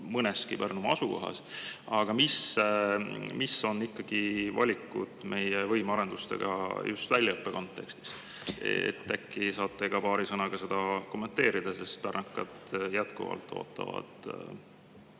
mõneski Pärnumaa kohas. Aga mis on ikkagi valikud meie võimearendustes just väljaõppe kontekstis? Äkki saate paari sõnaga seda kommenteerida? Pärnakad jätkuvalt ootavad